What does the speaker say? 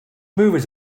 movies